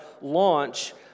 launch